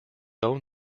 own